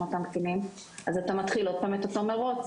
אותם קטינים אז אתה מתחיל עוד פעם את אותו מרוץ.